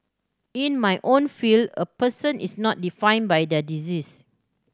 in my own field a person is not define by their disease